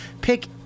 pick